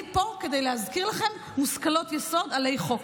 פה כדי להזכיר לכם מושכלות יסוד עלי חוק.